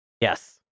Yes